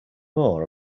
more